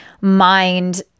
mind